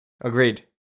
Agreed